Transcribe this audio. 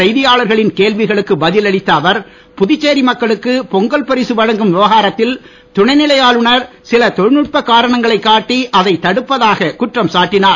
செய்தியாளர்களின் கேள்விகளுக்கு பதில் அளித்த அவர் புதுச்சேரி மக்களுக்கு பொங்கல் பரிசு வழங்கும் விவகாரத்தில் சில தொழில்நுட்ப காரணங்களைக் காட்டி அதைத் தடுப்பதாகக் குற்றம் சாட்டினார்